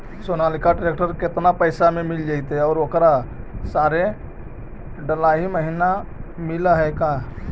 Sonalika tractor केतना पैसा में मिल जइतै और ओकरा सारे डलाहि महिना मिलअ है का?